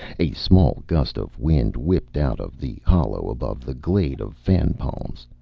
a small gust of wind whipped out of the hollow above the glade of fan-palms,